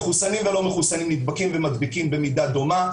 מחוסנים ולא מחוסנים נדבקים ומדביקים במידה דומה.